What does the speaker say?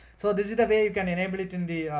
so this is the way you can enable it in the, ah,